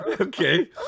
okay